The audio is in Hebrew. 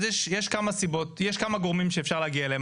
אז יש כמה גורמים שאפשר להגיע אליהם,